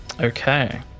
Okay